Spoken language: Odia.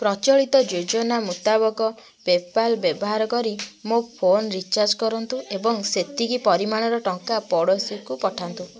ପ୍ରଚଳିତ ଯୋଜନା ମୁତାବକ ପେପାଲ୍ ବ୍ୟବହାର କରି ମୋ ଫୋନ୍ ରିଚାର୍ଜ କରନ୍ତୁ ଏବଂ ସେତିକି ପରିମାଣର ଟଙ୍କା ପଡ଼ୋଶୀକୁ ପଠାନ୍ତୁ